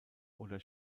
oder